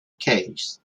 case